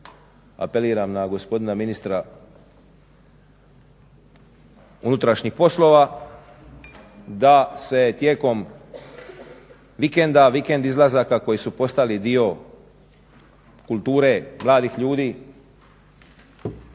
apeliram na gospodina ministra unutrašnjih poslova da se tijekom vikend izlazaka koji su postali dio kulture mladih ljudi